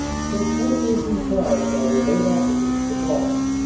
so cunningly contrived by their late occupants, the boche,